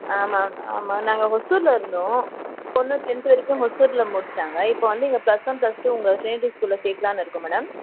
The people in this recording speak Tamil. ஆ மேம் ஆமாம் நாங்கள் ஒசூரில் இருந்தோம் பொண்ணு டென்த் வரைக்கும் ஒசூரில் முடிச்சாங்க இப்போ வந்து இங்கே ப்ளஸ் ஒன் ப்ளஸ் டூ உங்கள் டிரினிட்டி ஸ்கூலில் சேர்க்கலான்னு இருக்கோம் மேடம்